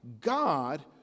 God